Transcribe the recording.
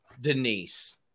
Denise